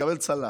לקבל צל"ש,